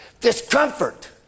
discomfort